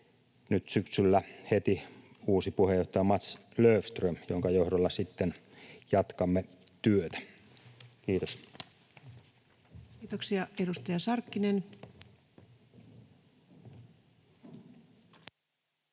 heti syksyllä uusi puheenjohtaja Mats Löfström, jonka johdolla sitten jatkamme työtä. — Kiitos. Kiitoksia. — Edustaja Sarkkinen. Arvoisa